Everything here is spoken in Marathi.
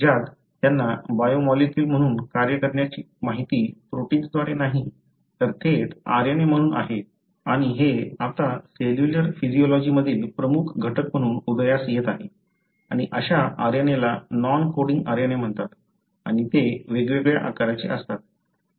ज्यात त्यांना बायोमोलिक्यूल म्हणून कार्य करण्याची माहिती प्रोटिन्सद्वारे नाही तर थेट RNA म्हणून आहे आणि हे आता सेल्युलर फिजियोलॉजी मधील प्रमुख घटक म्हणून उदयास येत आहे आणि अशा RNA ला नॉन कोडिंग RNA म्हणतात आणि ते वेगवेगळ्या आकाराचे असतात